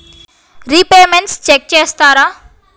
Repayments check చేస్తారా?